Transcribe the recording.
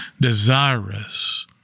desirous